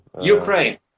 Ukraine